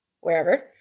wherever